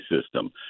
system